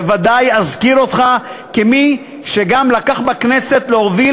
בוודאי אזכיר אותך כמי שלקח על עצמו להוביל